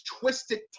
twisted